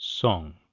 Song